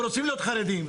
אנחנו רוצים להיות חרדים.